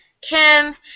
Kim